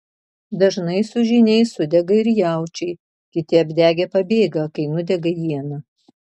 dažnai su žyniais sudega ir jaučiai kiti apdegę pabėga kai nudega iena